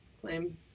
claim